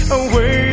away